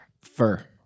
Fur